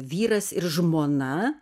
vyras ir žmona